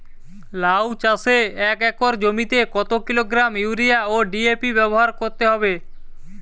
লাউ চাষে এক একর জমিতে কত কিলোগ্রাম ইউরিয়া ও ডি.এ.পি ব্যবহার করতে হবে?